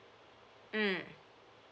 mm